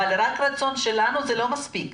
אבל רק רצון שלנו זה לא מספיק.